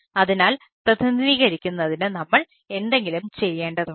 അതിനാൽ പ്രതിനിധീകരിക്കുന്നതിന് നമ്മൾ എന്തെങ്കിലും ചെയ്യേണ്ടതുണ്ട്